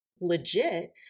legit